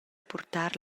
purtar